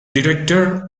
director